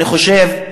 אני חושב,